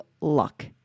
luck